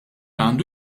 għandu